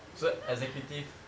so executive